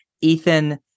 Ethan